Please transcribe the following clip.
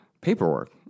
paperwork